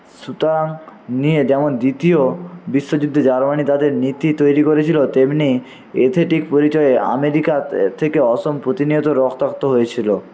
নিয়ে যেমন দ্বিতীয় বিশ্বযুদ্ধে জার্মানি তাদের নীতি তৈরি করেছিল তেমনি এথেটিক পরিচয়ে আমেরিকা থেকে অসম প্রতিনিয়ত রক্তাক্ত হয়েছিল